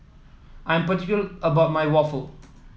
I am particular about my waffle